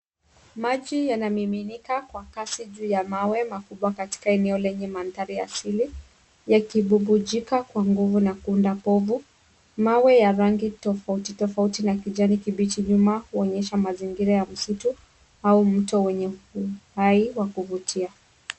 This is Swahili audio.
Maji yanamiminika kwa kasi juu ya mawe makubwa katika eneo lenye mandhari asili yakibubujika kwa nguvu na kuunda povu. Mawe ya rangi tofauti tofauti na kijani kibichi nyyuma huonyesha mazingira ya msitu au mto wenye uhai wa kuvutia.